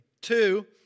Two